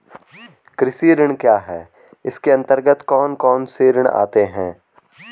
कृषि ऋण क्या है इसके अन्तर्गत कौन कौनसे ऋण आते हैं?